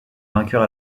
vainqueur